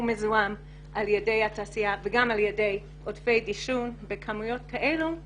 מזוהם על ידי התעשייה וגם על ידי עודפי דישון בכמויות כאלו,